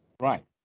Right